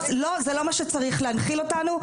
זה לא מה שצריך להנחיל אותנו,